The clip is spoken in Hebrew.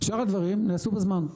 שאר הדברים נעשו בזמן,